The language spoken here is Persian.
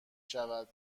شود